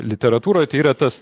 literatūroj tai yra tas